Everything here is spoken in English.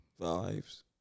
vibes